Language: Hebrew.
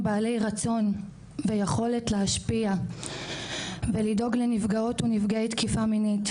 בעלי רצון ויכולת להשפיע ולדאוג לנפגעות ונפגעי תקיפה מינית,